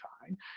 fine